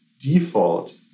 default